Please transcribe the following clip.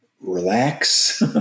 relax